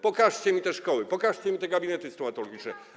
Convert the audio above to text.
Pokażcie mi te szkoły, pokażcie mi te gabinety stomatologiczne.